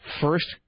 first